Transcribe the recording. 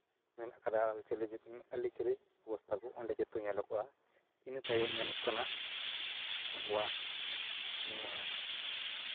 ᱢᱮᱱᱟᱜ ᱠᱟᱫᱟ ᱪᱤᱞᱤ ᱡᱟᱹᱛ ᱟᱹᱨᱤᱪᱟᱹᱞᱤ ᱵᱮᱵᱚᱥᱛᱷᱟ ᱠᱚ ᱚᱸᱰᱮ ᱜᱮᱛᱚ ᱧᱮᱞᱚᱜᱚᱜᱼᱟ ᱤᱱᱟᱹ ᱛᱟᱭᱚᱢ ᱧᱮᱞᱚᱜ ᱠᱟᱱᱟ ᱟᱵᱚᱣᱟᱜ ᱱᱤᱭᱟᱹ